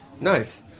Nice